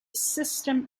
system